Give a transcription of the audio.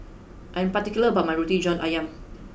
I am particular about my Roti John Ayam